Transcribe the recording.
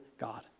God